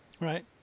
right